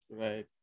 right